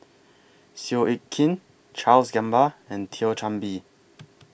Seow Yit Kin Charles Gamba and Thio Chan Bee